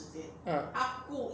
uh